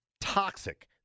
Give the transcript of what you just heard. toxic